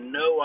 no